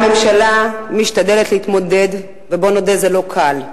הממשלה משתדלת להתמודד, ובוא נודה, זה לא קל.